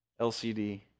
LCD